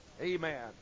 Amen